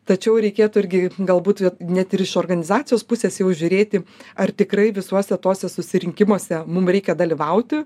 tačiau reikėtų irgi galbūt net ir iš organizacijos pusės jau žiūrėti ar tikrai visuose tuose susirinkimuose mum reikia dalyvauti